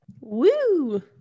Woo